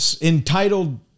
entitled